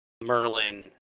Merlin